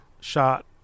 shot